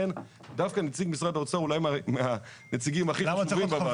לכן דווקא נציג משרד האוצר הוא אולי מהנציגים הכי חשובים בוועדה.